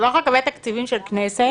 במקום "חבר הכנסת"